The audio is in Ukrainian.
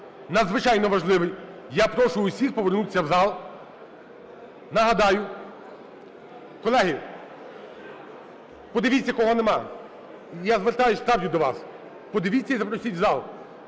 надзвичайно важливий. Я прошу всіх повернутися в зал. Нагадаю… Колеги, подивіться, кого нема. Я звертаюся, справді, до вас: подивіться і запросіть в зал.